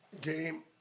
Game